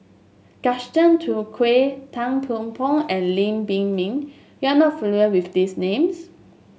Gaston Dutronquoy Tang Thiam Poh and Lam Pin Min you are not familiar with these names